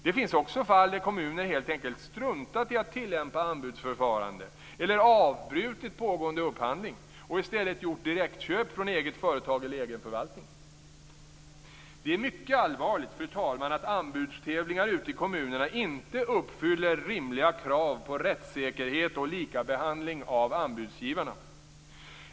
Det finns också fall där kommuner helt enkelt struntat i att tillämpa anbudsförfarande eller avbrutit pågående upphandling och i stället gjort direktköp från eget företag eller egen förvaltning. Det är mycket allvarligt, fru talman, att anbudstävlingar ute i kommunerna inte uppfyller rimliga krav på rättssäkerhet och likabehandling av anbudsgivarna.